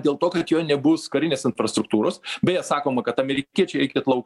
dėl to kad jo nebus karinės infrastruktūros beje sakoma kad amerikiečiai eikit laukt